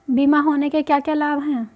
बीमा होने के क्या क्या लाभ हैं?